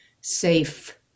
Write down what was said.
safe